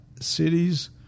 cities